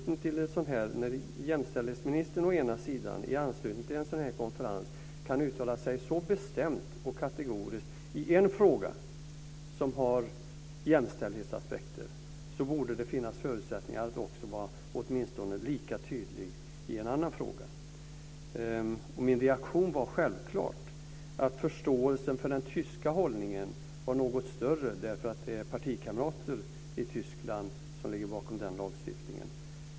När jämställdhetsministern i anslutning till en sådan här konferens kan uttala sig så bestämt och kategoriskt i en fråga som har jämställdhetsaspekter, så borde det finnas förutsättningar att också vara åtminstone lika tydlig i en annan fråga. Min reaktion var självklart att förståelsen för den tyska hållningen var något större därför att det är partikamrater i Tyskland som ligger bakom den lagstiftningen.